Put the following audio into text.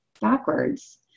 backwards